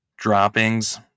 droppings